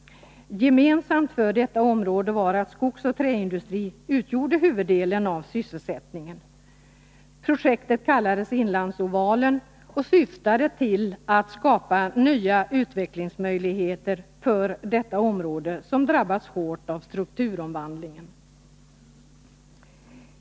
Gemensamt för detta område var att skogsoch träindustri utgjorde huvuddelen av sysselsättningen. Projektet kallades Inlandsovalen och syftade till att skapa nya utvecklingsmöjligheter för detta område, som drabbats hårt av strukturomvandlingen.